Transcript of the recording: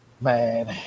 Man